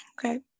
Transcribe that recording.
Okay